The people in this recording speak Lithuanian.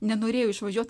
nenorėjo išvažiuot